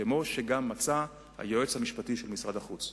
כמו שגם מצא היועץ המשפטי של משרד החוץ.